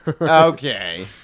Okay